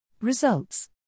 Results